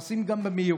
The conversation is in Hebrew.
גם נוסעים במהירות,